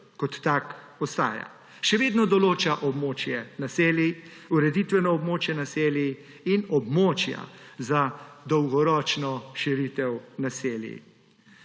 kot tak ostaja. Še vedno določa območje naselij, ureditveno območje naselij in območja za dolgoročno širitev naselij.